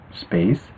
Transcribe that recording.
space